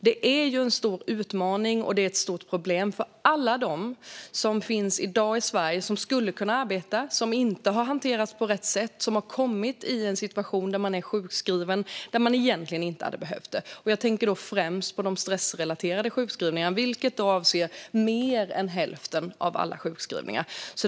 Det är en stor utmaning och ett stort problem i dag för alla dem som skulle kunna arbeta men som inte har hanterats på rätt sätt, som har kommit i en situation där man är sjukskriven fast man egentligen inte hade behövt det. Jag tänker då främst på de stressrelaterade sjukskrivningarna, vilka utgör mer än hälften av alla sjukskrivningar.